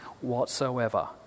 whatsoever